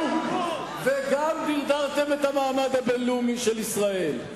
וגם דרדרתם את המעמד הבין-לאומי של ישראל.